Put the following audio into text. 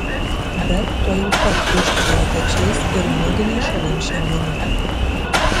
bet tuojau pat gūžtelėjo pečiais ir nuginė šalin šią minį